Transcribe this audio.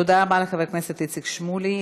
תודה רבה לחבר הכנסת איציק שמולי.